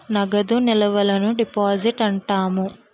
నగదు నిల్వను డిపాజిట్ అంటాము